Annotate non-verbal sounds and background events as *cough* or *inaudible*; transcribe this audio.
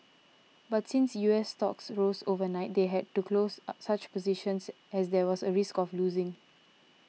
but since U S stocks rose overnight they had to close *hesitation* such positions as there was a risk of losing